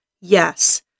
Yes